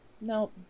No